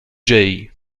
jay